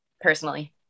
personally